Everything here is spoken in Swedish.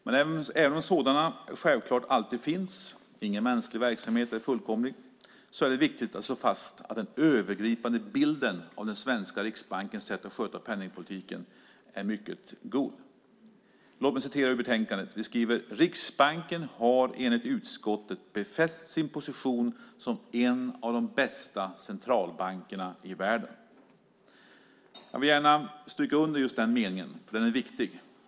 Men även om sådana självklart alltid finns, ingen mänsklig verksamhet är fullkomlig, är det viktigt att slå fast att den övergripande bilden av den svenska riksbankens sätt att sköta penningpolitiken är mycket god. Låt mig citera ur betänkandet: "Riksbanken har enligt utskottet befäst sin position som en av de bästa centralbankerna i världen." Jag vill gärna stryka under just den meningen, den är viktig.